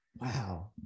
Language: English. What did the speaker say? Wow